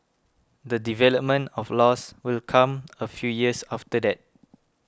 the development of laws will come a few years after that